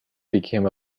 became